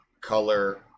color